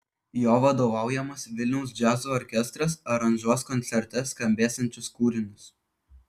jo vadovaujamas vilniaus džiazo orkestras aranžuos koncerte skambėsiančius kūrinius